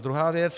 Druhá věc.